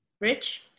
Rich